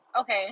okay